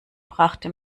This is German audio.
brachte